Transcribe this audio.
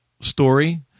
story